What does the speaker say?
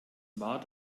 war